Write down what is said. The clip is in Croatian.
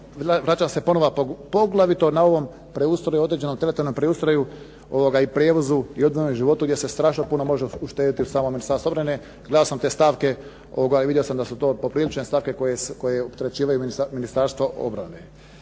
vraća se ponovo, a poglavito na ovom preustroju određenom teritorijalnom preustroju i prijevozu i odvojenom životu gdje se strašno puno može uštediti u samom Ministarstvu obrane. Gledao sam te stavke. Vidio sam da su to poprilične stavke koje opterećivaju Ministarstvo obrane.